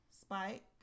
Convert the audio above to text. Spike